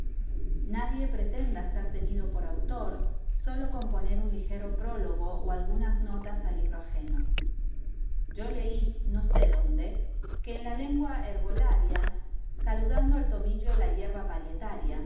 nadie pretenda ser tenido por autor sólo con poner un ligero prólogo o algunas notas a libro ajeno yo leí no sé dónde que en la lengua herbolaria saludando al tomillo la hierba parietaria